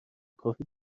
کافی